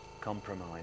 compromise